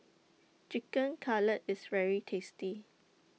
Chicken Cutlet IS very tasty